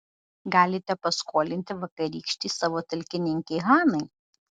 galite paskolinti vakarykštei savo talkininkei hanai